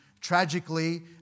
tragically